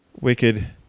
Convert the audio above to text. wicked